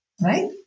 right